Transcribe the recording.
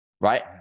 right